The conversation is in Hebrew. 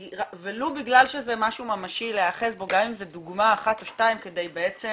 ולו בגלל שזה משהו ממשי להיאחז בו גם אם זו דוגמה אחת או שתיים כדי לתת